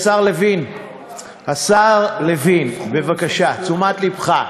השר לוין, בבקשה, תשומת לבך.